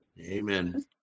Amen